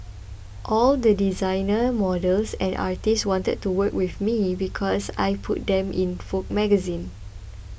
all the designers models and artists wanted to work with me because I could put them in Vogue magazine